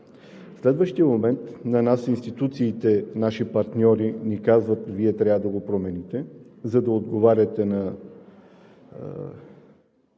следващия момент на нас – институциите, наши партньори ни казват: Вие трябва да го промените, за да отговаряте на